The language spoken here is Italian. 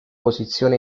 posizione